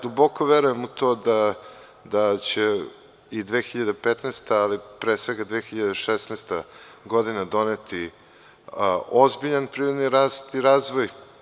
Duboko verujem u to da će i 2015, ali pre svega 2016. godina doneti ozbiljan privredni rast i razvoj.